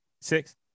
Six